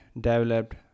developed